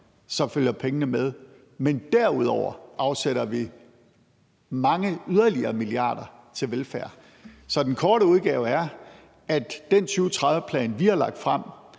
følger pengene med, men derudover afsætter vi mange yderligere milliarder til velfærd. Så den korte udgave er, at den 2030-plan, vi har lagt frem,